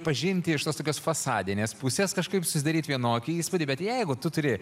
pažinti iš tos tokios fasadinės pusės kažkaip susidaryti vienokį įspūdį bet jeigu tu turi